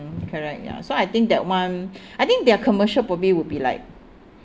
mm correct ya so I think that one I think their commercial probably would be like